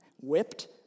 whipped